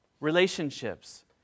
relationships